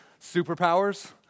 superpowers